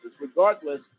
regardless